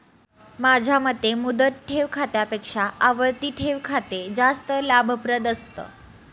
माझ्या मते मुदत ठेव खात्यापेक्षा आवर्ती ठेव खाते जास्त लाभप्रद असतं